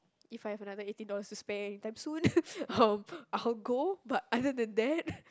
if I've another eighteen dollars to spare anytime soon I'll I'll go but other than that